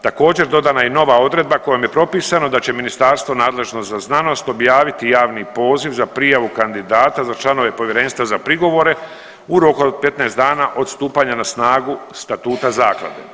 Također dodana je i nova odredba kojom je propisano da će ministarstvo nadležno za znanost objaviti javni poziv za prijavu kandidata za članove povjerenstva za prigovore u roku od 15 dana od stupanja na snagu statuta zaklade.